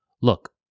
Look